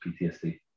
PTSD